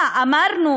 אמרנו